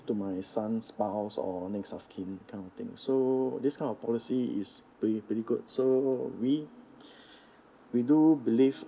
to my son spouse or next of kin kind of thing so this kind of policy is pre~ pretty good so we we do believe